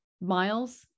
miles